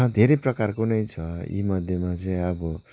धेरै प्रकारको नै छ यी मध्येमा चाहिँ अब